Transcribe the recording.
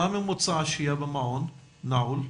מה ממוצע השהייה במעון נעול?